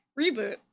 reboot